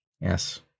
Yes